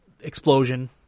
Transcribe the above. explosion